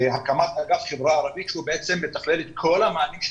הקמת אגף חברה ערבית שהוא בעצם מתכלל את כל המענים של